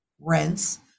rents